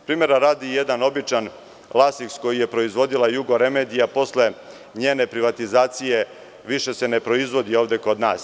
Primera radi, jedan obični lasiks, koji je proizvodila „Jugoremedija“, posle njene privatizacije više se ne proizvodi ovde kod nas.